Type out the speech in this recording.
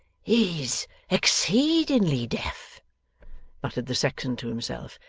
he's exceedingly deaf muttered the sexton to himself.